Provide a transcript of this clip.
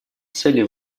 цели